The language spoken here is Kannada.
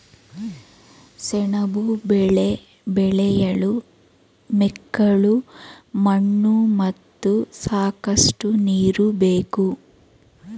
ಸೆಣಬು ಬೆಳೆ ಬೆಳೆಯಲು ಮೆಕ್ಕಲು ಮಣ್ಣು ಮತ್ತು ಸಾಕಷ್ಟು ನೀರು ಬೇಕು